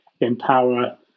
empower